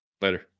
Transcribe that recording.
Later